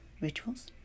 rituals